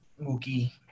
Mookie